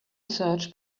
search